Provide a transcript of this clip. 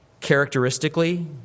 Characteristically